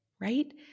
right